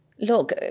look